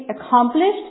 accomplished